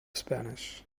spanish